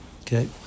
Okay